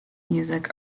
music